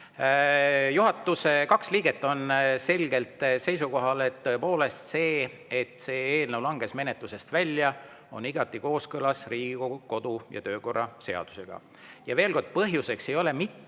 Juhatuse kaks liiget on selgelt seisukohal, et tõepoolest, see, et eelnõu langes menetlusest välja, on igati kooskõlas Riigikogu kodu- ja töökorra seadusega. Ja veel kord: põhjuseks ei ole mitte